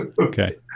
okay